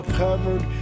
covered